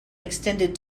extended